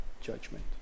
judgment